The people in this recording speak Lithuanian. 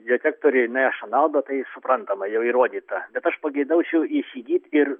detektoriai neša naudą tai suprantama jau įrodyta bet aš pageidaučiau įsigyt ir